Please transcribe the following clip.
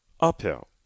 Uphill